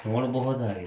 ನೋಡಬಹುದಾಗಿತ್ತು